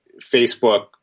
Facebook